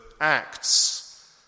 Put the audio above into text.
Acts